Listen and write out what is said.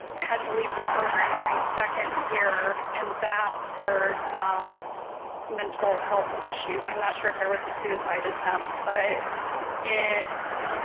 had to leave the program during second year and that spurred some mental health issues i'm not sure if there was a suicide attempt but it's